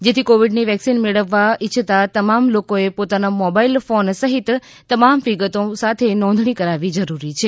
જેથી કોવિડની વેક્સિન મેળવવા ઇચ્છતા તમામ લોકો એ પોતાના મોબાઈલ ફોન સહિત તમામ વિગતો સાથે નોંધણી કરાવવી જરૂરી છે